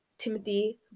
timothy